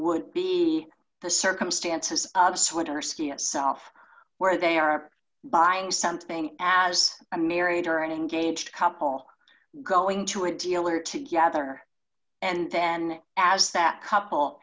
would be the circumstances of center city itself where they are buying something as a married or engaged couple going to a dealer together and then as that couple